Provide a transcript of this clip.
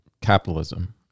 capitalism